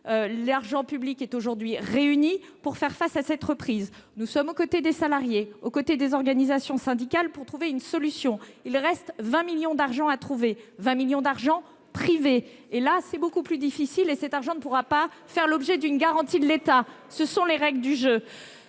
l'argent public est aujourd'hui réuni pour faire face à cette reprise. Nous sommes aux côtés des salariés et des organisations syndicales pour trouver une solution ; il reste 20 millions d'euros, d'origine privée, à trouver. Or, cela, c'est beaucoup plus difficile, et cet argent ne pourra pas faire l'objet d'une garantie de l'État- ce sont les règles du jeu.